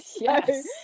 Yes